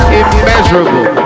immeasurable